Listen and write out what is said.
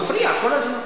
הוא מפריע כל הזמן.